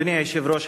אדוני היושב-ראש,